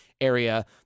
area